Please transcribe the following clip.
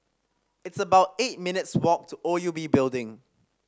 it's about eight minutes' walk to O U B Building